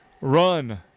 run